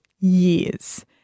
years